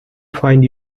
find